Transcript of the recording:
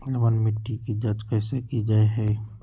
लवन मिट्टी की जच कैसे की जय है?